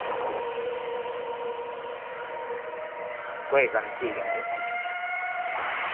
कोई गल्ल निं ठीक ऐ म्हाराज थैंक यू